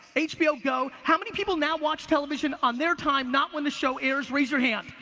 hbo go, how many people now watch television on their time? not when the show airs, raise your hand.